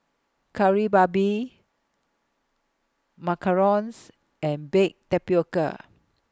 Kari Babi Macarons and Baked Tapioca